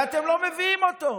ואתם לא מביאים אותו.